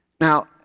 Now